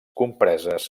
compreses